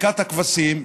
שתיקת הכבשים,